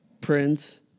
Prince